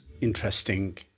interesting